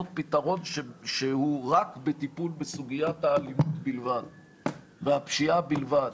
פתרון שהוא רק בטיפול בסוגיית האלימות והפשיעה בלבד.